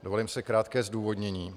Dovolím si krátké zdůvodnění.